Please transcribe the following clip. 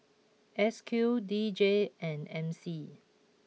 S Q D J and M C